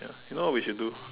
you know what we should do